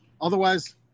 Otherwise